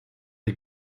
les